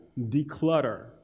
Declutter